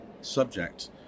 subject